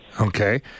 Okay